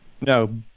No